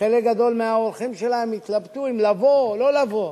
וחלק גדול מהאורחים שלהם התלבטו אם לבוא או לא לבוא.